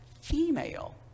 female